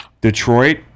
detroit